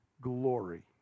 glory